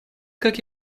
как